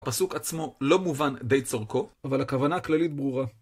הפסוק עצמו לא מובן די צורכו, אבל הכוונה כללית ברורה.